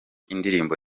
indirimbo